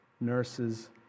nurses